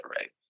right